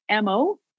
MO